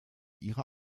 ihre